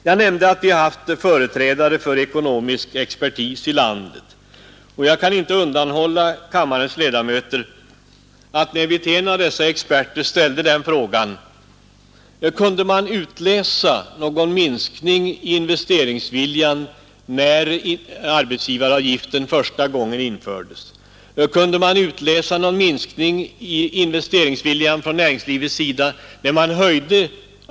Jag nämnde att vi i utskottet hört företrädare för ekonomisk expertis i landet, och jag kan inte undanhålla kammarens ledamöter vad en av dessa experter svarade när vi ställde frågan: Kunde man utläsa någon minskning i näringslivets investeringsvilja när arbetsgivaravgiften första gången infördes, och kunde man utläsa någon minskning när den höjdes?